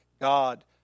God